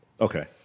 Okay